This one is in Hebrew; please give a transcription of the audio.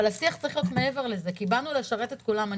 אבל השיח צריך להיות מעבר לזה כי באנו לשרת את כולם.